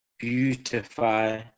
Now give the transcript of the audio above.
beautify